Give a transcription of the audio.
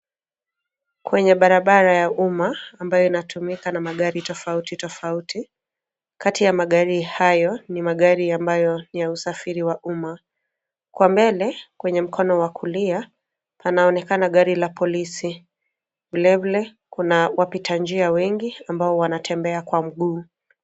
Kwenye barabara ya uma ambayo inatumika na magari tofauti tofauti. Kati ya magari hayo ni magari ambayo ni ya usafiri wa uma. Kwa mbele kwenye mkono wa kulia panaonekana gari la polisi. Vile vile kuna wapita njia wengi ambao wanatembea kwa mguu.